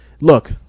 Look